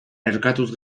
erkatuz